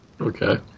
Okay